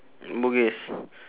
bugis